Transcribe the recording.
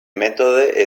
mètode